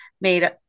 made